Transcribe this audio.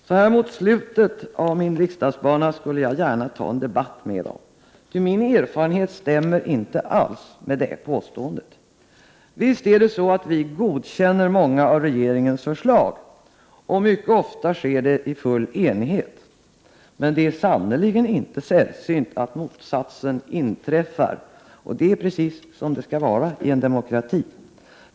Så här mot slutet av min riksdagsbana skulle jag gärna ta en debatt med dem, ty min erfarenhet stämmer inte alls med det påståendet. Visst godkänner vi många av regeringens förslag, och mycket ofta sker det i full enighet. Men det är sannerligen inte sällsynt att motsatsen inträffar, och det är precis så det skall vara i en demokrati.